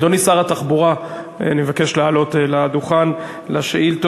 אדוני שר התחבורה, אני מבקש לעלות לדוכן לשאילתות.